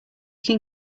can